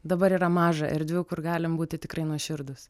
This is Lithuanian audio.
dabar yra maža erdvių kur galim būti tikrai nuoširdūs